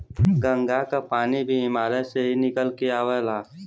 गंगा क पानी भी हिमालय से ही निकल के आवेला